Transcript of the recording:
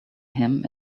him